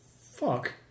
fuck